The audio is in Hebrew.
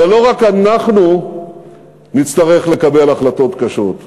ולא רק אנחנו נצטרך לקבל החלטות קשות,